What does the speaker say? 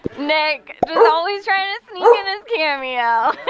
nick just always trying to sneak in his cameo